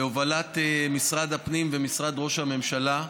בהובלת משרד הפנים ומשרד ראש הממשלה.